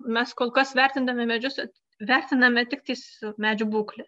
mes kol kas vertindami medžius vertiname tiktais medžių būklę